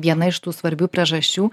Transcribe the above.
viena iš tų svarbių priežasčių